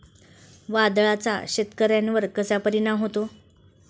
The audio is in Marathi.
वादळाचा शेतकऱ्यांवर कसा परिणाम होतो?